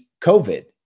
COVID